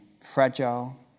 fragile